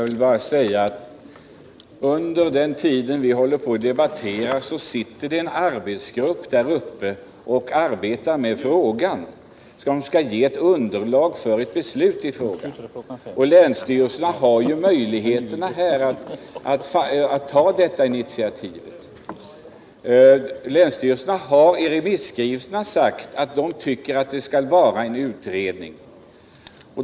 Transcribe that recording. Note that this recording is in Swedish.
Herr talman! Under tiden som vi håller på att debattera sitter en arbetsgrupp i Ångermanland och arbetar med frågan. Den skall ge ett underlag för beslut. Länsstyrelserna har möjligheter att ta ett initiativ, men de har i remisskrivelserna sagt att de tycker att frågan skall utredas.